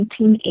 1980